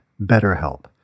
BetterHelp